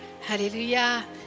Hallelujah